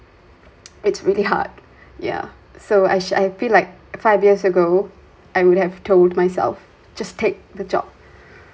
it's really hard yeah so I should I feel like five years ago I would have told myself just take the job